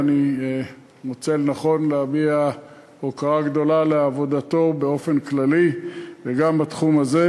ואני מוצא לנכון להביע הוקרה גדולה לעבודתו באופן כללי וגם בתחום הזה,